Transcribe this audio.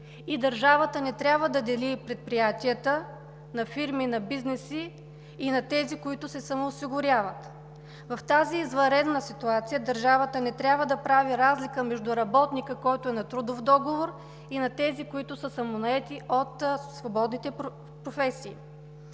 Държавата не трябва да дели предприятията на фирми, на бизнеси и на тези, които се самоосигуряват. В тази извънредна ситуация държавата не трябва да прави разлика между работника, който е на трудов договор, и на тези, които са самонаети от свободните професии.